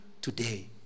today